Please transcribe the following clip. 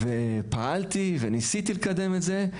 פעלתי וניסיתי לקדם את זה,